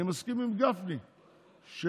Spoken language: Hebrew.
אני מסכים עם גפני שאדם,